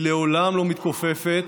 היא לעולם לא מתכופפת,